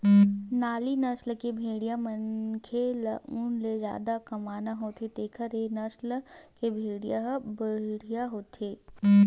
नाली नसल के भेड़िया मनखे ल ऊन ले जादा कमाना होथे तेखर ए नसल के भेड़िया ह बड़िहा होथे